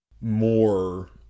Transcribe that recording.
more